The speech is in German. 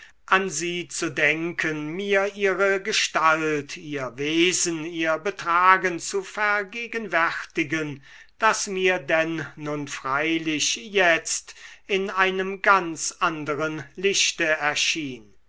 an sie zu denken mir ihre gestalt ihr wesen ihr betragen zu vergegenwärtigen das mir denn nun freilich jetzt in einem ganz anderen lichte erschien